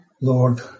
Lord